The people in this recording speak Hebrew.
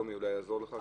אולי טומי יעזור לך.